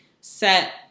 set